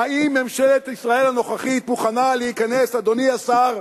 האם ממשלת ישראל הנוכחית מוכנה להיכנס, אדוני השר,